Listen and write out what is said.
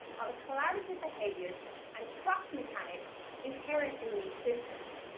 ah the collaborative behaviors and trust-mechanics inherent in these systems.